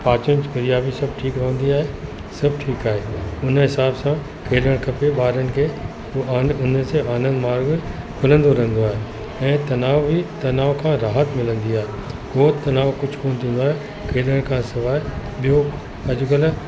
पाचन क्रिया बि सभु ठीकु रहंदी आहे सभु ठीकु आहे हुन हिसाब सां खेॾणु खपे ॿारनि खे उहो आन हुनजे आनंद मार्ग खिलंदो रहंदो आहे ऐं तनाव बि तनाव खां राहति मिलंदी आहे उहो तनाव कुझु न थींदो आहे खेॾण खां सवाइ ॿियो अॼुकल्ह